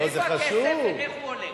מאיפה הכסף ולאיפה הוא הולך,